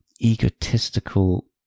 egotistical